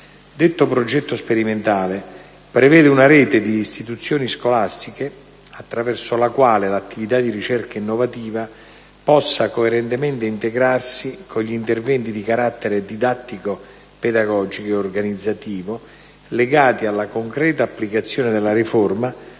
Detto progetto sperimentale prevede una rete di istituzioni scolastiche attraverso la quale l'attività di ricerca innovativa possa coerentemente integrarsi con gli interventi di carattere didattico-pedagogico e organizzativo legati alla concreta applicazione della riforma